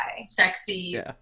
sexy